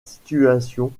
situation